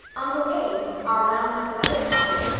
uncle abe, our well-known weather prophet,